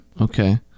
Okay